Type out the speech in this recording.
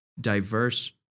diverse